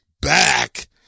back